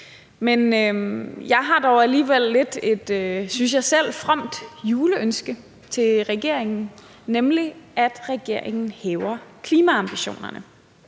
Men jeg har dog alligevel et lidt, synes jeg selv fromt juleønske til regeringen, nemlig at regeringen hæver klimaambitionerne.